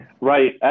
Right